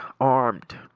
armed